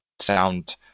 sound